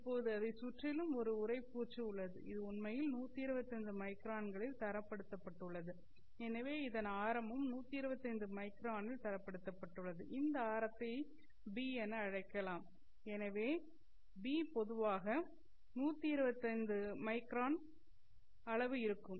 இப்போது இதைச் சுற்றிலும் ஒரு உறைப்பூச்சு உள்ளது இது உண்மையில் 125 மைக்ரான்களில் தரப் படுத்தப்பட்டுள்ளது எனவே இதன் ஆரமும் 125 மைக்ரானில் தரப்படுத்தப்பட்டுள்ளது இந்த ஆரத்தை b என நீங்கள் அழைக்கலாம் எனவே b பொதுவாக 125 மைக்ரான் அளவு இருக்கும்